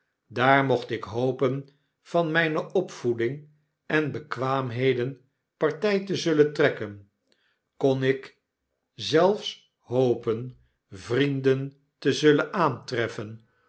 daar mocht ik hopen van myne opvoeding en bekwaamheden partij te zullen trekken kon ik zelfs hopen vrienden den hongerdood nabij te zullen aantreffen